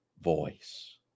voice